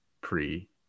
pre